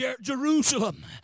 Jerusalem